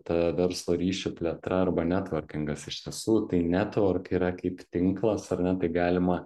ta verslo ryšių plėtra arba netvorkingas iš tiesų tai netvork yra kaip tinklas ar ne tai galima